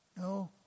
No